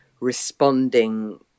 responding